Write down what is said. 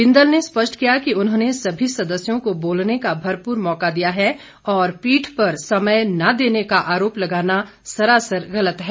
बिंदल ने स्पष्ट किया कि उन्होंने सभी सदस्यों को बोलने का भरपूर मौका दिया है और पीठ पर समय न देने का आरोप लगाना सरासर गलत है